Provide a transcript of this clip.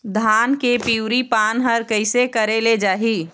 धान के पिवरी पान हर कइसे करेले जाही?